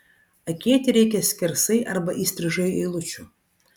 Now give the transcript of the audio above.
akėti reikia skersai arba įstrižai eilučių